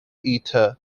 eater